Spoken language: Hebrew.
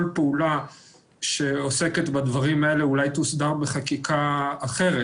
כל פעולה שעוסקת בדברים האלה אולי תוסדר בחקיקה אחרת,